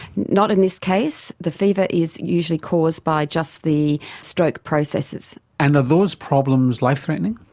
not in this case. the fever is usually caused by just the stroke processes. and are those problems life-threatening?